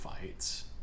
fights